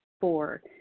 Four